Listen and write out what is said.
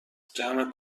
جمع